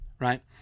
right